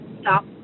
stop